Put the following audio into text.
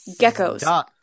geckos